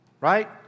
right